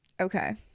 okay